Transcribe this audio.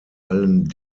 allen